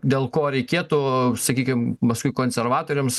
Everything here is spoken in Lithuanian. dėl ko reikėtų sakykim paskui konservatoriams